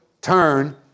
turn